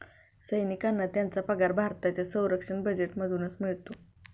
सैनिकांना त्यांचा पगार भारताच्या संरक्षण बजेटमधूनच मिळतो